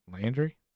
Landry